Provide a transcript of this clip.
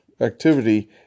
activity